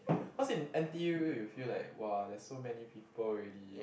cause in N_T_U you feel like !wah! there are so many people already